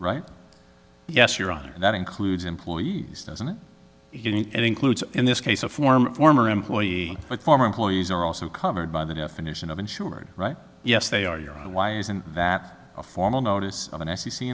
right yes your honor and that includes employees doesn't it includes in this case a former former employee but former employees are also covered by the definition of insured right yes they are your why isn't that a formal notice